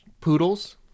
Poodles